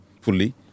fully